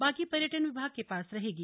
बाकी पर्यटन विभाग के पास रहेगी